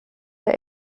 der